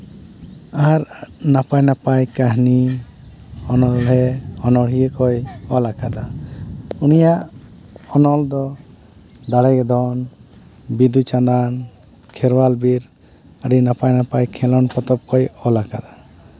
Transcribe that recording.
ᱟᱨ ᱱᱟᱯᱟᱭ ᱱᱟᱯᱟᱭ ᱠᱟᱹᱦᱱᱤ ᱚᱱᱚᱬᱦᱮ ᱚᱱᱚᱬᱦᱤᱭᱟᱹ ᱠᱚᱭ ᱚᱞ ᱠᱟᱫᱟ ᱩᱱᱤᱭᱟᱜ ᱚᱱᱚᱞ ᱫᱚ ᱫᱟᱲᱮ ᱜᱮ ᱫᱷᱚᱱ ᱵᱤᱸᱫᱩ ᱪᱟᱸᱫᱟᱱ ᱠᱷᱮᱨᱣᱟᱞ ᱵᱤᱨ ᱟᱹᱰᱤ ᱱᱟᱯᱟᱭ ᱱᱟᱯᱟᱭ ᱠᱷᱮᱹᱞᱳᱰ ᱯᱚᱛᱚᱵ ᱠᱚᱭ ᱚᱞ ᱠᱟᱫᱟ